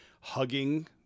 hugging